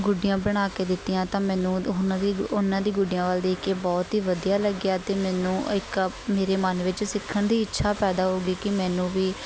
ਗੁੱਡੀਆਂ ਬਣਾ ਕੇ ਦਿੱਤੀਆਂ ਤਾਂ ਮੈਨੂੰ ਉਹਨਾਂ ਦੀ ਉਹਨਾਂ ਦੀ ਗੁੱਡੀਆਂ ਵੱਲ ਦੇਖ ਕੇ ਬਹੁਤ ਹੀ ਵਧੀਆ ਲੱਗਿਆ ਅਤੇ ਮੈਨੂੰ ਇੱਕ ਮੇਰੇ ਮਨ ਵਿੱਚ ਸਿੱਖਣ ਦੀ ਇੱਛਾ ਪੈਦਾ ਹੋ ਗਈ ਕਿ ਮੈਨੂੰ ਵੀ